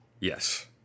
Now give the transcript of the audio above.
yes